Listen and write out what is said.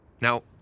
Now